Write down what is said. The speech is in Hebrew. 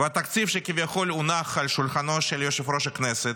והתקציב שכביכול הונח על שולחנו של יושב-ראש הכנסת,